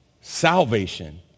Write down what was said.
salvation